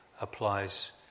applies